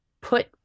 put